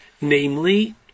namely